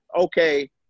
okay